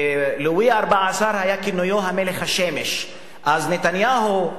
לואי ה-14, כינויו היה "מלך השמש" אז נתניהו,